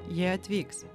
jie atvyks